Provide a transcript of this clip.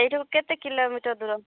ଏଇଠୁ କେତେ କିଲୋମିଟର୍ ଦୂର